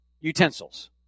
utensils